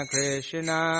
Krishna